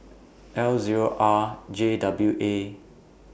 L Zero R J W A